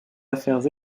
affaires